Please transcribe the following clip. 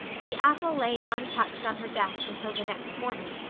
the apple lay untouched on her desk until the next morning,